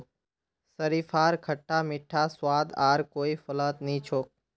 शरीफार खट्टा मीठा स्वाद आर कोई फलत नी छोक